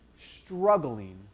struggling